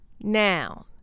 noun